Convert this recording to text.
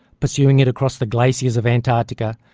pursuing it across the glaciers of antarctica,